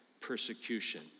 persecution